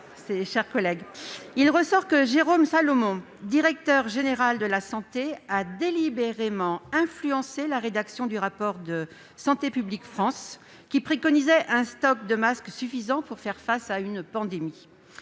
il apparaît que M. Jérôme Salomon, directeur général de la santé, a délibérément influencé la rédaction du rapport de Santé publique France préconisant un stock de masques suffisant pour faire face à une pandémie.